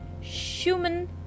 Schumann